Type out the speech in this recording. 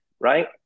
right